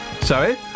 Sorry